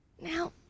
Now